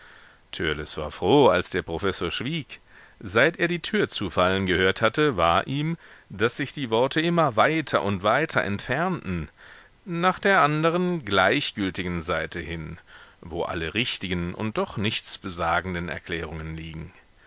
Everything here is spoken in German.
törleß war froh als der professor schwieg seit er die tür zufallen gehört hatte war ihm daß sich die worte immer weiter und weiter entfernten nach der anderen gleichgültigen seite hin wo alle richtigen und doch nichts besagenden erklärungen liegen